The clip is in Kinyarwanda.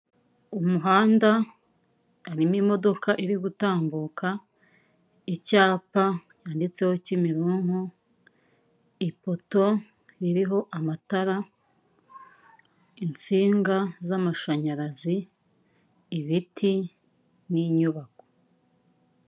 Umuhanda harimo imodoka iri gutambuka, icyapa cyanditseho Kimironko, ipoto iriho amatara, insinga z'amashanyarazi, ibiti n'inyubako.